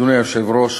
אדוני היושב-ראש,